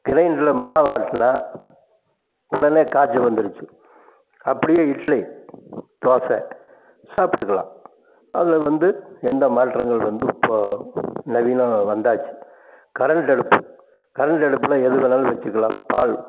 கிரைண்டரில் மாவாட்டினா உடனே காச்ச வந்துருச்சு அப்படியே இட்லி தோசை சாபிட்டுக்குலாம் அதில் வந்து எந்த மாற்றங்கள் வந்து இப்போ நவீனம் வந்தாச்சு கரன்ட்டு அடுப்பு கரன்ட்டு அடுப்பில் எதுவேணாலும் வச்சுக்கலாம் பால்